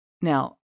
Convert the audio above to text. Now